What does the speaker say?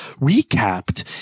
recapped